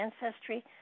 ancestry